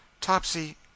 Topsy